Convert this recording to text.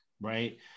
right